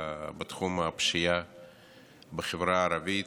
בתחום הפשיעה בחברה הערבית,